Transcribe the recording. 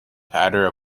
pattern